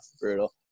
brutal